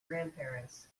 grandparents